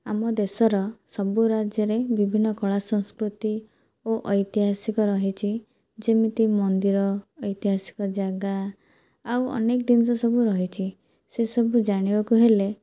ଆମ ଦେଶର ସବୁ ରାଜ୍ୟରେ ବିଭିନ୍ନ କଳା ସଂସ୍କୃତି ଓ ଐତିହାସିକ ରହିଛି ଯେମିତି ମନ୍ଦିର ଐତିହାସିକ ଜାଗା ଆଉ ଅନେକ ଜିନିଷ ସବୁ ରହିଛି ସେସବୁ ଜାଣିବାକୁ ହେଲେ